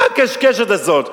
מה הקשקשת הזאת?